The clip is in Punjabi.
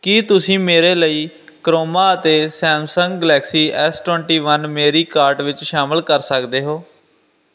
ਕੀ ਤੁਸੀਂ ਮੇਰੇ ਲਈ ਕਰੋਮਾ ਅਤੇ Samsung Galaxy S twenty one ਮੇਰੀ ਕਾਰਟ ਵਿੱਚ ਸ਼ਾਮਲ ਕਰ ਸਕਦੇ ਹੋ